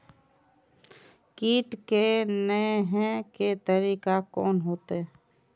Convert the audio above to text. कीट के ने हे के तरीका कोन होते?